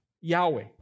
Yahweh